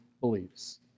believes